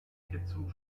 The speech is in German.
hierzu